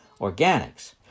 organics